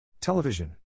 Television